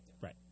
Right